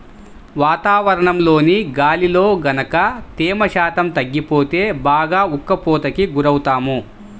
వాతావరణంలోని గాలిలో గనక తేమ శాతం తగ్గిపోతే బాగా ఉక్కపోతకి గురవుతాము